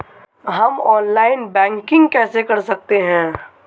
हम online banking कैसे कर सकते हैं?